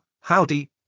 howdy